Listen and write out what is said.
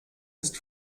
ist